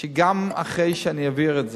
שגם אחרי שאני אעביר את זה,